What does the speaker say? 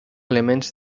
elements